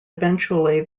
eventually